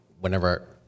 whenever